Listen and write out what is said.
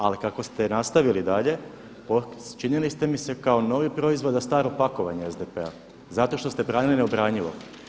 Ali kako ste nastavili dalje učinili ste mi se kao novi proizvod a staro pakovanje SDP-a zato što ste branili neobranjivo.